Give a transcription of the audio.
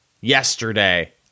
yesterday